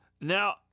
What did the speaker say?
Now